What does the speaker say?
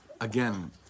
again